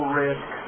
risk